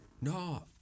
No